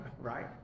right